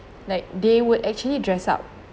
like they would actually dress up